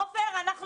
אנחנו לא שם, עופר.